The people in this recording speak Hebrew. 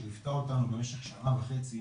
שליוותה אותנו במשך שנה וחצי,